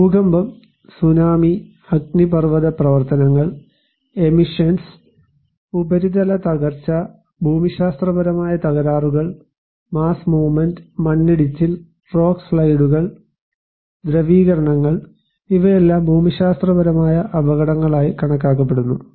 ഭൂകമ്പം സുനാമി അഗ്നിപർവ്വത പ്രവർത്തനങ്ങൾ എമിഷൻസ് ഉപരിതല തകർച്ച ഭൂമിശാസ്ത്രപരമായ തകരാറുകൾ മാസ്സ് മൂവ്മെൻറ് മണ്ണിടിച്ചിൽ റോക്ക് സ്ലൈഡുകൾ ദ്രവീകരണങ്ങൾ ഇവയെല്ലാം ഭൂമിശാസ്ത്രപരമായ അപകടങ്ങളായി കണക്കാക്കപ്പെടുന്നു